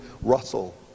Russell